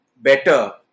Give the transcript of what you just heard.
better